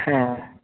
হ্যাঁ